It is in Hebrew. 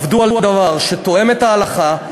עבדו על דבר שתואם את ההלכה,